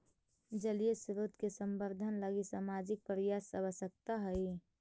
जलीय स्रोत के संवर्धन लगी सामाजिक प्रयास आवश्कता हई